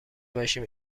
باشیم